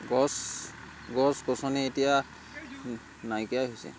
গছ গছ গছনি এতিয়া নাইকিয়াই হৈছে